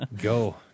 go